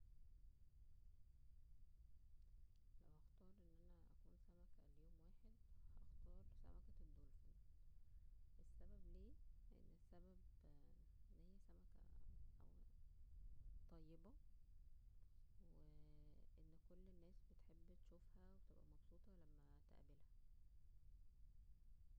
لو هختار ان انا اكون سمكة ليوم واحد, هختار سمكة الدولفين ,السبب ليه لان السبب ان هى سمكة طيبة و وان كل ناس بتحب تشوفها وبتبقى مبسوطة لما تقابلها